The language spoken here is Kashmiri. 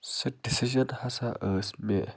سہ ڈِسیٖجَن ہسا ٲس مےٚ